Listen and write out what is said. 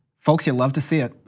folks, he'd love to see it.